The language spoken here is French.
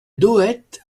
dohette